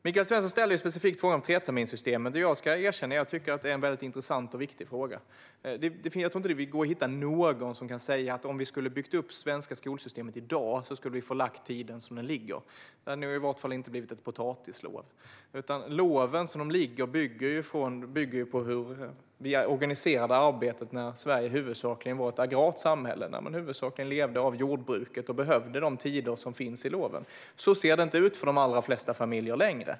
Michael Svensson frågade specifikt om treterminssystemet, och jag ska erkänna att jag tycker att det är en intressant och viktig fråga. Jag tror inte att någon skulle säga att om vi hade byggt upp det svenska skolsystemet i dag skulle tiden ha förlagts så som den ligger. Det hade i varje fall inte blivit ett potatislov. Som loven ligger nu bygger på hur arbetet organiserades när Sverige huvudsakligen var ett agrart samhälle när man till stor del levde av jordbruket och behövde de tider som fanns i loven. Så ser det inte ut för de allra flesta familjer längre.